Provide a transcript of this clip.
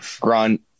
Grunt